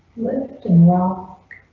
lifting rock.